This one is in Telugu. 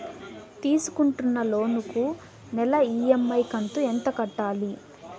తీసుకుంటున్న లోను కు నెల ఇ.ఎం.ఐ కంతు ఎంత కట్టాలి?